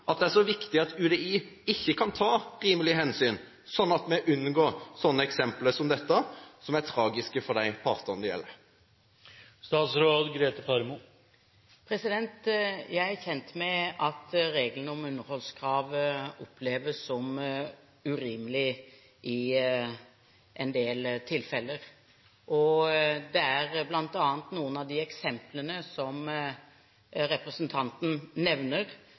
det er så viktig at UDI ikke kan ta rimelige hensyn, sånn at man unngår eksempler som dette, som er tragiske for de partene det gjelder? Jeg er kjent med at regelen om underholdskrav oppleves som urimelig i en del tilfeller. Det er bl.a. noen av de eksemplene som representanten nevner,